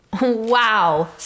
Wow